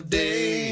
day